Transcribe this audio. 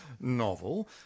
novel